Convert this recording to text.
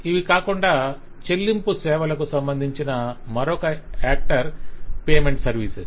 ఇవి కాకుండా చెల్లింపు సేవలకు సంబంధించన మరొక యాక్టర్ పేమెంట్ సర్విస్